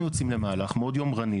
אנחנו יוצאים למהלך מאוד יומרני,